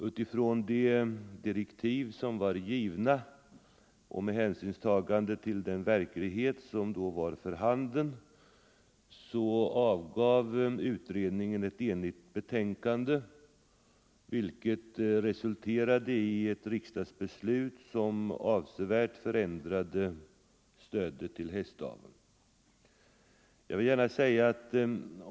Utifrån de direktiv som var givna och med hänsynstagande till den verklighet som då var för handen avgav utredningen ett enhälligt betänkande, vilket resulterade i ett riksdagsbeslut som avsevärt förändrade stödet till hästaveln.